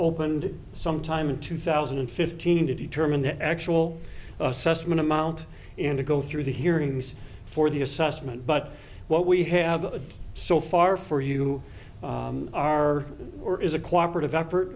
opened sometime in two thousand and fifteen to determine the actual assessment amount and to go through the hearings for the assessment but what we have a so far for you are or is a cooperate of effort